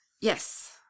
Yes